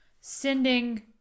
sending